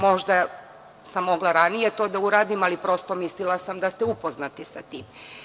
Možda sam mogla ranije to da uradim, ali mislila sam da ste upoznati sa tim.